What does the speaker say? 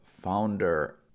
founder